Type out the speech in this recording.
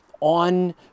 on